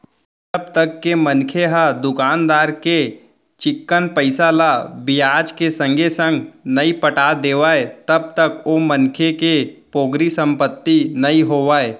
जब तक के मनखे ह दुकानदार के चिक्कन पइसा ल बियाज के संगे संग नइ पटा देवय तब तक ओ मनखे के पोगरी संपत्ति नइ होवय